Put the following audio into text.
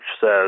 says